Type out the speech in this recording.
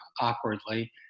awkwardly